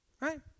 Right